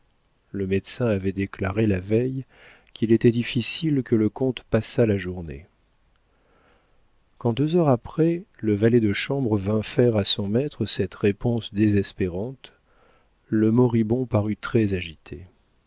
le médecin avait déclaré la veille qu'il était difficile que le comte passât la journée quand deux heures après le valet de chambre vint faire à son maître cette réponse désespérante le moribond parut très agité